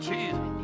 Jesus